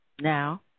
Now